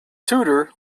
tutor